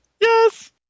Yes